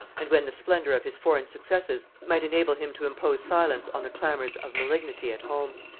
and when the splendor of his foreign successes might enable him to impose silence on the clamors of malignity at home.